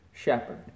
shepherd